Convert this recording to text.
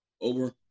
over